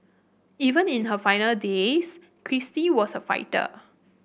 even in her final days Kristie was a fighter